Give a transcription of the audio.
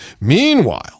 Meanwhile